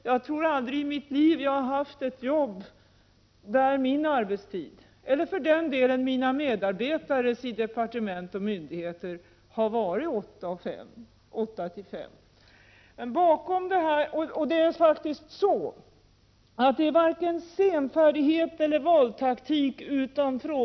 Jag tror att jag aldrig i mitt liv har haft ett jobb där min arbetstid — eller arbetstiden för mina medarbetare i departement och myndigheter — varit mellan 8 och 5. Det handlar varken om senfärdighet eller valtaktik.